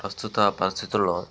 ప్రస్తుత పరిస్థితుల్లో